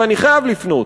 ואני חייב לפנות,